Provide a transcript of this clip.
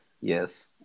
Yes